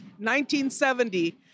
1970